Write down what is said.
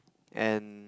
and